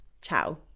Ciao